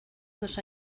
dos